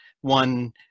one